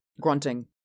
grunting